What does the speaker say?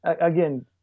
Again